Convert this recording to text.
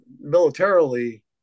militarily